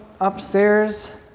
upstairs